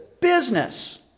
business